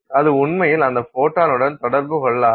அது உண்மையில் அந்த ஃபோட்டானுடன் தொடர்பு கொள்ளாது